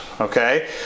okay